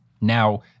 Now